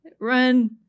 run